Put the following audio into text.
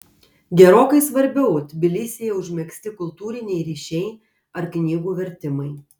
gerokai svarbiau tbilisyje užmegzti kultūriniai ryšiai ar knygų vertimai